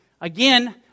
Again